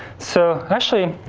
so, actually,